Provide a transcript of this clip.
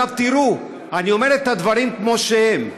עכשיו, תראו, אני אומר את הדברים כמו שהם: